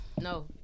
No